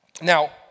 Now